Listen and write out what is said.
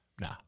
Nah